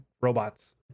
robots